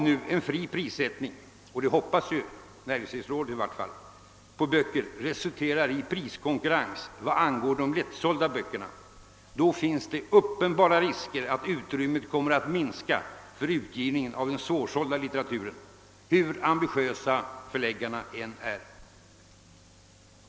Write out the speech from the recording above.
Om en fri prissättning på böcker — det hoppas i varje fall näringsfrihetsrådet — resulterar i priskonkurrens vad angår de lättsålda böckerna, finns det uppenbara risker för att utrymmet kommer att minska för utgivningen av den svårsålda litteraturen, hur ambitiösa förläggarna än är.